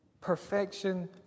perfection